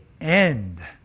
end